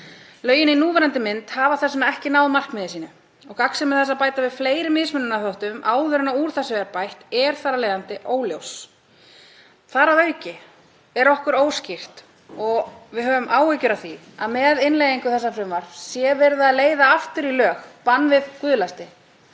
Lögin í núverandi mynd hafa þess vegna ekki náð markmiði sínu og gagnsemi þess að bæta við fleiri mismununarþáttum, áður en úr því er bætt, er þar af leiðandi óljós. Þar að auki er það óskýrt og við höfum áhyggjur af því að með innleiðingu þessa frumvarps sé verið að leiða aftur í lög bann við guðlasti